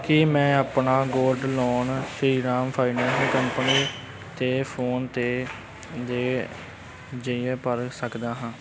ਕੀ ਮੈਂ ਆਪਣਾ gold loan Shriram finance company ਅਤੇ ਫੋਨਪੇ ਦੇ ਜ਼ਰੀਏ ਭਰ ਸਕਦਾ ਹਾਂ